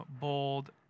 bold